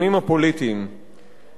והנה אני הולך להגיד אותן,